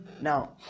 Now